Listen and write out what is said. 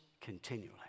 continually